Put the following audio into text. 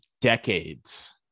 decades